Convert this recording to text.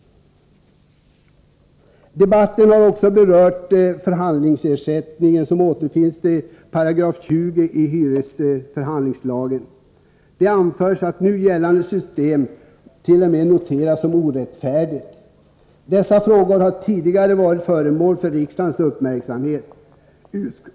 Debatten har också berört förhandlingsersättningen, som återfinns i 20 § hyresförhandlingslagen. Det anförs att nu gällande system t.o.m. noteras som orättfärdigt. Dessa frågor har tidigare varit föremål för riksdagens uppmärksamhet.